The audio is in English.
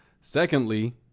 Secondly